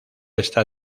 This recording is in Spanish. está